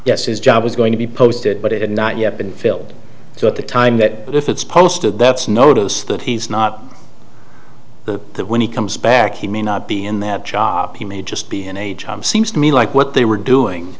yes his job was going to be posted but it had not yet been filled so at the time that if it's posted that's notice that he's not the when he comes back he may not be in that job he may just be in a job seems to me like what they were doing